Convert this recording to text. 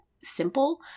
simple